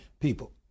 people